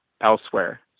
elsewhere